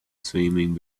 swimming